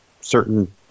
certain